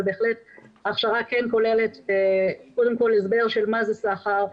אבל בהחלט ההכשרה כן כוללת קודם כל הסבר של מה זה סחר,